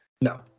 no